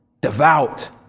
devout